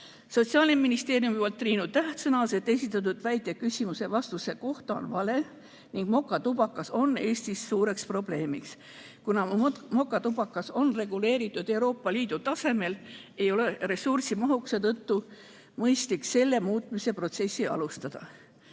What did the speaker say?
Sotsiaalministeeriumi poolt Triinu Täht sõnas, et esitatud väide küsimuse ja vastuse kohta on vale ning mokatubakas on Eestis suureks probleemiks. Kuna mokatubakas on reguleeritud Euroopa Liidu tasemel, ei ole ressursimahukuse tõttu mõistlik selle muutmise protsessi alustada.